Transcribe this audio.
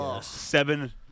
Seven